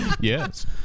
Yes